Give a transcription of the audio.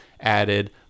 added